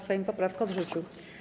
Sejm poprawkę odrzucił.